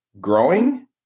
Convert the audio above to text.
growing